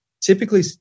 typically